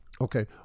Okay